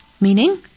meaning